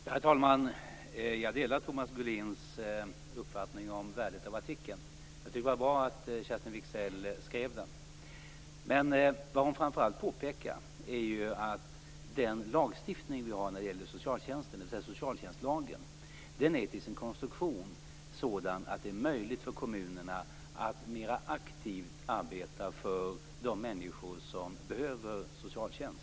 Herr talman! Jag delar Thomas Julins uppfattning om värdet av artikeln. Det var bra att Kerstin Wigzell skrev den. Hon påpekade framför allt att den lagstiftning som finns angående socialtjänsten, dvs. socialtjänstlagen, är till sin konstruktion sådan att det är möjligt för kommunerna att mera aktivt arbeta för de människor som behöver socialtjänst.